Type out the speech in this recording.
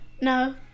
No